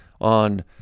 on